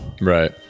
right